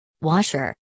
Washer